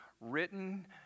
written